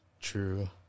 True